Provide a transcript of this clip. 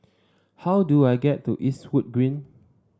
how do I get to Eastwood Green